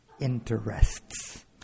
Interests